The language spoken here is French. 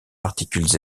particules